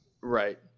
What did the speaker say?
Right